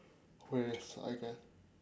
ways I guess